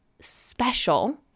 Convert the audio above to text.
special